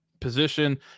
position